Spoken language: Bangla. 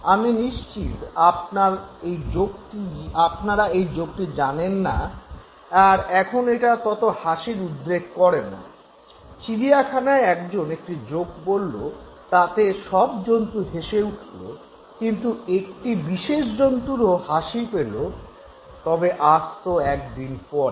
আমি নিশ্চিত আপনারা এই জোকটি জানেন যা এখন আর তত হাসির উদ্রেক করে না চিড়িয়াখানায় একজন একটি জোক বলল তাতে সব জন্তু হেসে উঠল কিন্তু একটি বিশেষ জন্তুরও হাসি পেল তবে আস্ত একদিন পরে